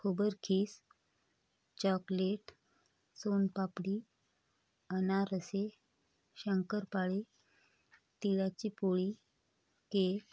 खोबरकीस chocolate soan papdi अनारसे शंकरपाळी तिळाची पोळी केक